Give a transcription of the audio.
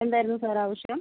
എന്തായിരുന്നു സാർ ആവശ്യം